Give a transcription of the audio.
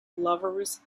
lovers